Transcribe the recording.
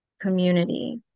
community